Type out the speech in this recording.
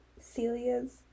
Celia's